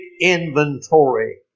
inventory